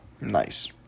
Nice